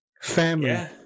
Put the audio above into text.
family